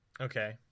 Okay